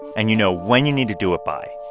and you know when you need to do it by.